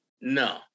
No